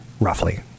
roughly